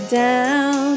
down